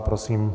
Prosím.